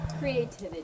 Creativity